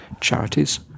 charities